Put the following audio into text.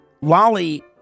Lolly